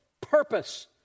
purpose